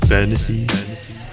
Fantasy